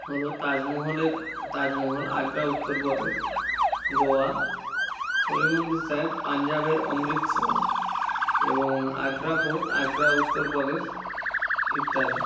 হলো তাজমহলের তাজমহল আগ্রা উত্তর প্রদেশ গোয়া পরি মন্দির সাহেব পাঞ্জাবের অমৃতসর এবং আগ্রা ফোর্ট আগ্রা উত্তরপ্রদেশ ইত্যাদি